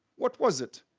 what was it?